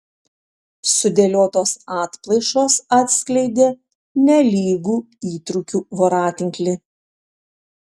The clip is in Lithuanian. sudėliotos atplaišos atskleidė nelygų įtrūkių voratinklį